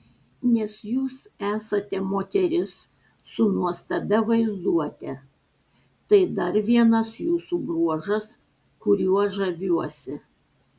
nes jūs esate moteris su nuostabia vaizduote tai dar vienas jūsų bruožas kuriuo žaviuosi